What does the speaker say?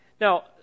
Now